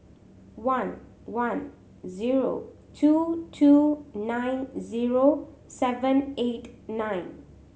one one zero two two nine zero seven eight nine